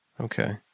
Okay